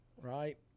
right